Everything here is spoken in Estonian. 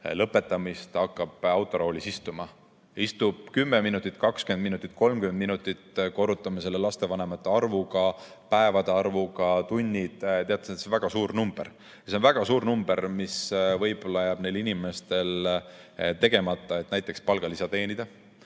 lõpetamist hakkab autoroolis istuma. Istub 10 minutit, 20 minutit, 30 minutit, korrutame selle lastevanemate arvuga, päevade arvuga, tundide arvuga – teate, see on väga suur number. See on väga suur number ja sel ajal võib-olla jääb neil inimestel töö tegemata, et näiteks palgalisa teenida.